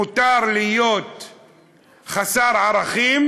מותר להיות חסר ערכים,